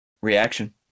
Reaction